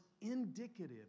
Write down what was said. indicative